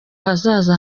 hazaza